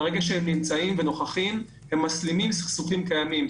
ברגע שהם נמצאים ונוכחים הם מסלימים סכסוכים קיימים,